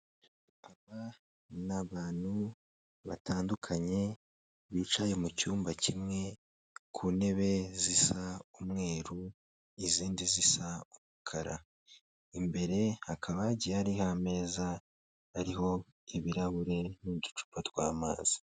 Aba ni abantu batandukanye bicaye mu cyumba kimwe ku ntebe zisa umweru izindi zisa umukara, imbere hakaba hagiye hariho ameza ariho ibirahuri n'uducupa tw'amazi.